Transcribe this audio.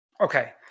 Okay